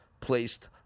placed